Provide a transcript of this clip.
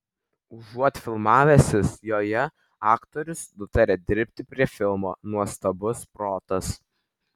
užuot filmavęsis joje aktorius nutarė dirbti prie filmo nuostabus protas